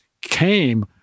came